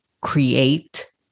create